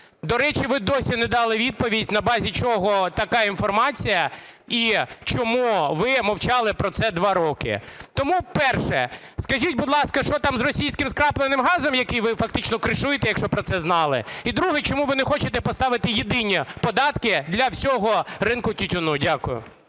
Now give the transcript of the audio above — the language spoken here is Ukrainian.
До речі, ви досі не дали відповідь, на базі чого така інформація і чому ви мовчали про це два роки. Тому, перше, скажіть, будь ласка, що там з російським скрапленим газом, який ви фактично "кришуєте", якщо про це знали? І друге. Чому ви не хочете поставити єдині податки для всього ринку тютюну? Дякую.